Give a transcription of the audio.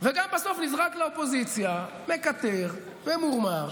וגם בסוף נזרק לאופוזיציה, מקטר, ממורמר.